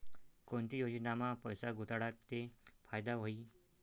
कोणती योजनामा पैसा गुताडात ते फायदा व्हई?